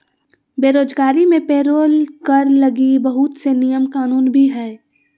बेरोजगारी मे पेरोल कर लगी बहुत से नियम कानून भी हय